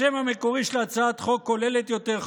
השם המקורי של הצעת חוק כוללת יותר,